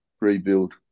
rebuild